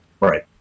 Right